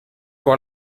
pour